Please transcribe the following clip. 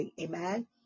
amen